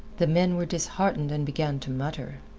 the men were disheartened and began to mutter.